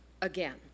again